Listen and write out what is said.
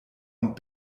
und